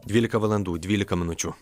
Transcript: dvylika valandų dvylika minučių